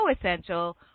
essential